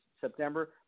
September